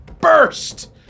burst